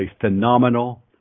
phenomenal